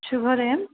शुभोदयं